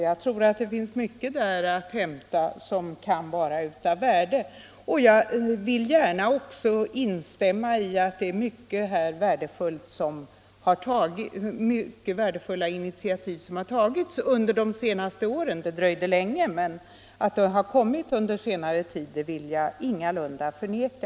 Jag vill Nr 33 också gärna instämma i att det är mycket värdefulla initiativ som har Tisdagen den tagits under de senaste åren. Det dröjde länge, men att det har kommit 11 mars 1975 initiativ under senare tid vill jag ingalunda förneka.